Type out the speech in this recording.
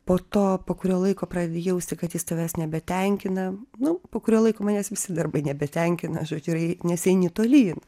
po to po kurio laiko pradedi jausti kad jis tavęs nebetenkina nu po kurio laiko manęs visi darbai nebetenkina žodžiu ir ei nes eini tolyn